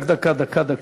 רק דקה, דקה, דקה.